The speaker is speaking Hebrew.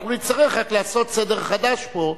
אנחנו נצטרך רק לעשות סדר חדש פה,